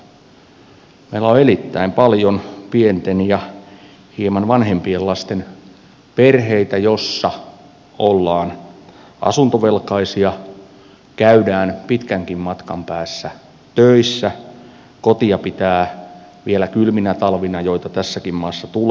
meillä on erittäin paljon pienten ja hieman vanhempien lasten perheitä joissa ollaan asuntovelkaisia käydään pitkänkin matkan päässä töissä kotia pitää vielä kylminä talvina joita tässäkin maassa tulee lämmittää